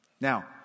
Now